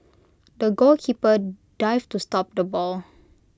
the goalkeeper dived to stop the ball